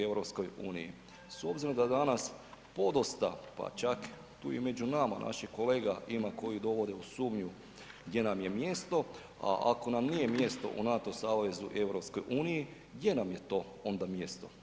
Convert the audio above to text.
S obzirom da danas podosta pa čak tu i među nama naših kolega ima koji dovode u sumnju gdje nam je mjesto, a ako nam nije mjesto u NATO savezu i EU, gdje nam je to onda mjesto.